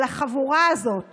על החבורה הזאת